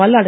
Malladi